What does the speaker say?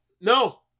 no